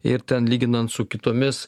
ir ten lyginant su kitomis